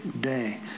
day